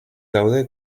daude